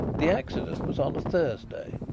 the accident was on a thursday.